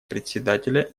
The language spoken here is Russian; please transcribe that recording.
председателя